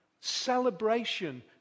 Celebration